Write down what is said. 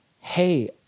hey